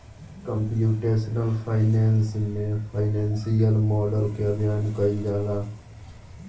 computational finance में financial model के अध्ययन कईल जाला